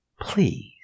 please